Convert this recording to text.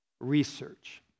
research